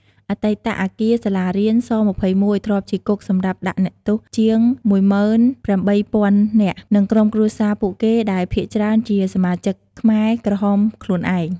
អតីតអគារសាលារៀន ស-២១ ធ្លាប់ជាគុកសម្រាប់ដាក់អ្នកទោសជាង ១៨ ០០០នាក់ និងក្រុមគ្រួសារពួកគេដែលភាគច្រើនជាសមាជិកខ្មែរក្រហមខ្លួនឯង។